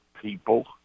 people